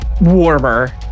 warmer